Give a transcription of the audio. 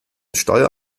steuer